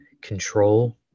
control